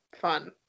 fun